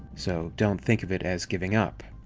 so don't think of it as giving up.